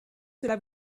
cela